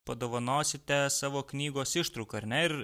padovanosite savo knygos ištrauką ar ne ir